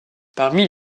parmi